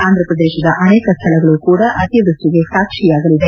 ಆಂಧ್ರಪ್ರದೇಶದ ಅನೇಕ ಸ್ಥಳಗಳೂ ಕೂಡ ಅತಿವೃಷ್ಠಿಗೆ ಸಾಕ್ಷಿಯಾಗಲಿದೆ